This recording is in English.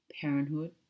parenthood